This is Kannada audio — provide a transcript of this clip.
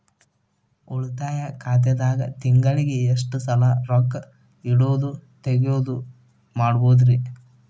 ಉಳಿತಾಯ ಖಾತೆದಾಗ ತಿಂಗಳಿಗೆ ಎಷ್ಟ ಸಲ ರೊಕ್ಕ ಇಡೋದು, ತಗ್ಯೊದು ಮಾಡಬಹುದ್ರಿ?